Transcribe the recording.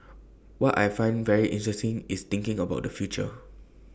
what I find very interesting is thinking about the future